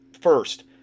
First